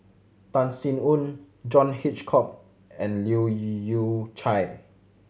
Tan Sin Aun John Hitchcock and Leu Yew Chye